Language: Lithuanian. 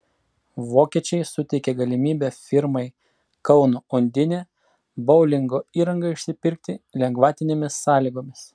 vokiečiai suteikė galimybę firmai kauno undinė boulingo įrangą išsipirkti lengvatinėmis sąlygomis